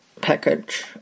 package